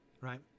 Right